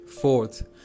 Fourth